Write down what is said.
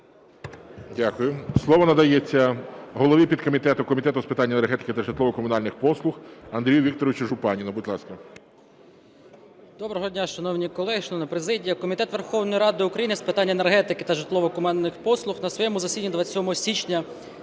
Дякую. Слово надається голові підкомітету Комітету з питань енергетики та житлово-комунальних послуг Андрію Вікторовичу Жупанину. Будь ласка. 12:47:00 ЖУПАНИН А.В. Доброго дня, шановні колеги, шановна президія. Комітет Верховної Ради України з питань енергетики та житлово-комунальних послуг на своєму засіданні 27 січня